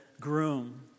groom